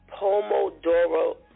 Pomodoro